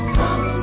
come